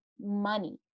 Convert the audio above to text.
money